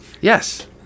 yes